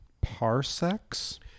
parsecs